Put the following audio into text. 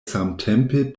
samtempe